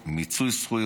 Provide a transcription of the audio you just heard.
מיצוי זכויות,